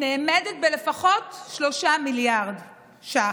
נאמדת בלפחות 3 מיליארד ש"ח.